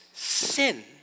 Sin